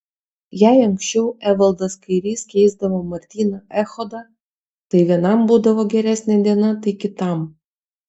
jei anksčiau evaldas kairys keisdavo martyną echodą tai vienam būdavo geresnė diena tai kitam